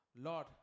Lord